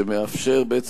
שמאפשר בעצם,